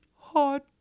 Hot